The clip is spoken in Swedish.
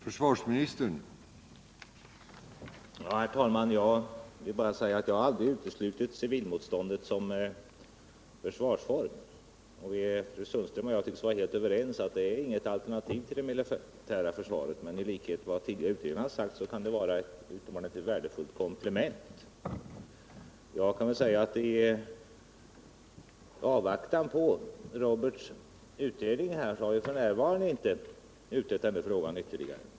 Herr talman! Jag vill bara säga att jag aldrig uteslutit civilmotståndet som försvarsform. Fru Sundström och jag tycks vara helt överens om att det inte är något alternativ till det militära försvaret, men det kan, likhet med vad tidigare utredare sagt, vara ett utomordentligt värdefullt komplement. I avvaktan på Roberts utredning har vi f. n. inte utrett frågan ytterligare.